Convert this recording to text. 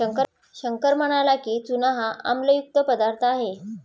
शंकर म्हणाला की, चूना हा आम्लयुक्त पदार्थ आहे